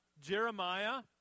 Jeremiah